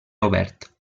obert